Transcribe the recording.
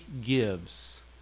gives